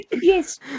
Yes